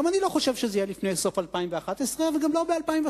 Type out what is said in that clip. גם אני לא חושב שזה יהיה לפני סוף 2011 וגם לא ב-2015,